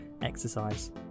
exercise